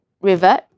revert